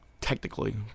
technically